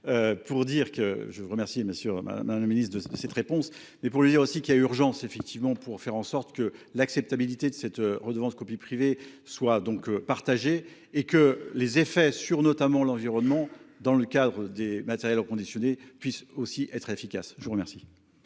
Obama dans le ministre de cette réponse, mais pour le dire aussi qu'il y a urgence effectivement pour faire en sorte que l'acceptabilité de cette redevance copie privée soit donc partager et que les effets sur notamment l'environnement dans le cadre des matériels reconditionné puissent aussi être efficace. Je vous remercie.